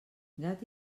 gat